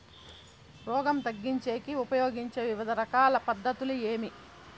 రోగం తగ్గించేకి ఉపయోగించే వివిధ రకాల పద్ధతులు ఏమి?